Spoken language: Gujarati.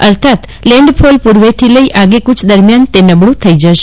અર્થાત લેન્ડફોલ પુર્વેથી લઈ આગેકુચ દરમિયાન તે નબળ્ થઈ જશે